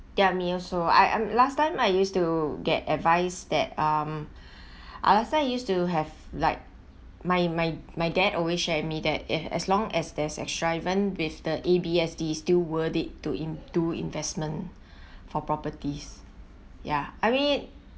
ya me also I um last time I used to get advice that um I last time used to have like my my my dad always share me that as long as there's extra even with the A_B_S_D still worth it to in~ do investment for properties ya I mean